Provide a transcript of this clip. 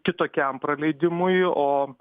kitokiam praleidimui o